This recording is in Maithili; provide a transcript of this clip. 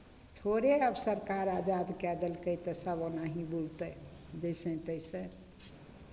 थोड़े आब सरकार आजाद कए देलकै तऽ सभ ओनाहि बुलतै जइसे तइसे